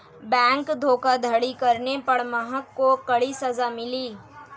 bank धोखाधड़ी करने पर महक को कड़ी सजा मिली